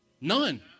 None